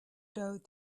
doubt